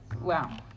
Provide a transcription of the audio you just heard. wow